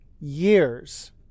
years